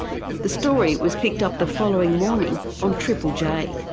the story was picked up the following morning on triple j.